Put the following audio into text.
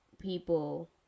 people